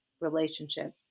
relationship